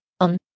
on